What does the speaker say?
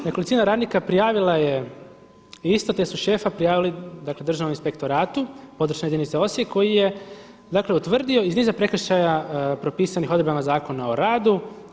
Nekolicina radnika prijavila je, istog gdje su šefa prijavili dakle Državnom inspektoratu, područna jedinica Osijek, koji je dakle utvrdio iz niza prekršaja propisanih odredbama Zakona o radu.